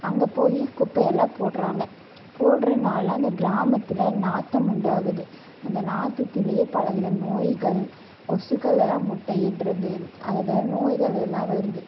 அங்கே போய் குப்பையெல்லாம் போடுறாங்க போடறதனால அந்த கிராமத்தில் நாற்றம் உண்டாகுது அந்த நாற்றத்துலேயே பலவித நோய்கள் கொசுக்களெல்லாம் முட்டை இடுறது அதில் நோய்களெல்லாம் வருது